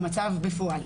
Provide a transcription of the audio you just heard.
ומצב בפועל.